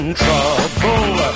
trouble